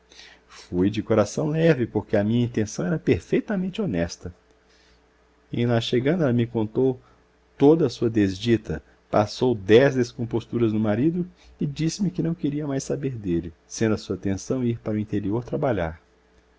fui de coração leve porque a minha intenção era perfeitamente honesta em lá chegando ela me contou toda a sua desdita passou dez descomposturas no marido e disse-me que não queria saber mais dele sendo a sua tenção ir para o interior trabalhar